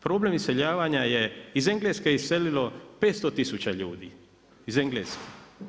Problem iseljavanja je iz Engleske iselilo 500 tisuća ljudi, iz Engleske.